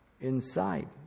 inside